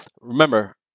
Remember